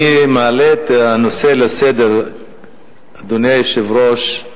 אני מעלה את הנושא לסדר-היום, אדוני היושב-ראש,